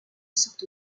sorte